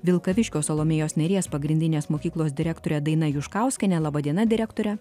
vilkaviškio salomėjos nėries pagrindinės mokyklos direktorė daina juškauskienė laba diena direktore